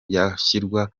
byashyirwa